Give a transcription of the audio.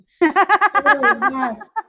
Yes